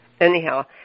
Anyhow